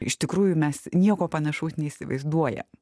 iš tikrųjų mes nieko panašaus neįsivaizduojam